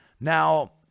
Now